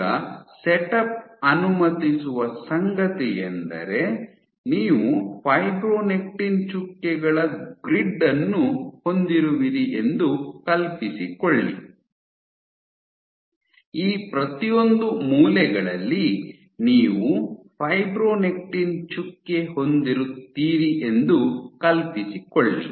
ಈಗ ಸೆಟಪ್ ಅನುಮತಿಸುವ ಸಂಗತಿಯೆಂದರೆ ನೀವು ಫೈಬ್ರೊನೆಕ್ಟಿನ್ ಚುಕ್ಕೆಗಳ ಗ್ರಿಡ್ ಅನ್ನು ಹೊಂದಿರುವಿರಿ ಎಂದು ಕಲ್ಪಿಸಿಕೊಳ್ಳಿ ಈ ಪ್ರತಿಯೊಂದು ಮೂಲೆಗಳಲ್ಲಿ ನೀವು ಫೈಬ್ರೊನೆಕ್ಟಿನ್ ಚುಕ್ಕೆ ಹೊಂದಿರುತ್ತೀರಿ ಎಂದು ಕಲ್ಪಿಸಿಕೊಳ್ಳಿ